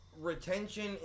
Retention